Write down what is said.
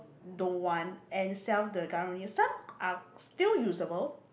don't want and sell the Karang-Guni some are still useable